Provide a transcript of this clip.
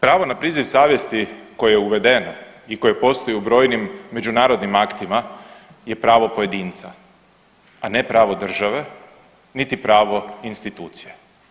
Pravo na priziv savjesti koje je uvedeno i koje postoji u brojnim međunarodnim aktima je pravo pojedinca, a ne pravo države niti pravo institucije.